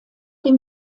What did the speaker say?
dem